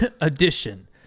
edition